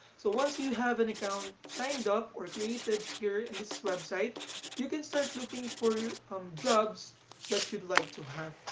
so once you have an account signed up or created here in this website you can start looking for some um jobs that you'd like to have.